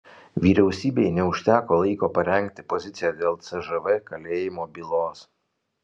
vyriausybei neužteko laiko parengti poziciją dėl cžv kalėjimo bylos